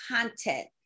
content